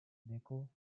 nickel